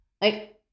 Like-